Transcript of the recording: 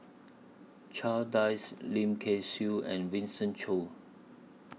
Charles Dyce Lim Kay Siu and Winston Choos